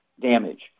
damage